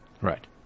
Right